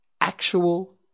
actual